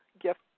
gift